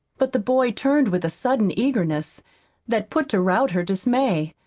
but the boy turned with a sudden eagerness that put to rout her dismay,